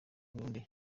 burundi